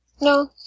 no